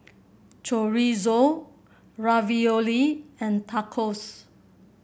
Chorizo Ravioli and Tacos